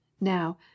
Now